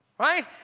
right